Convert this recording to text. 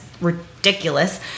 ridiculous